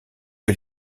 que